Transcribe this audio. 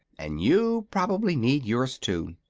and you prob'ly need yours, too.